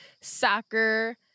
soccer